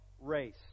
race